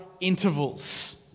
intervals